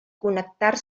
connectar